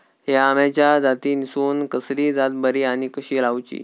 हया आम्याच्या जातीनिसून कसली जात बरी आनी कशी लाऊची?